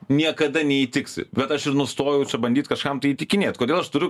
niekada neįtiksi vet aš ir nustojau bandyt kažkam tai įtikinėt kodėl aš turiu